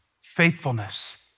faithfulness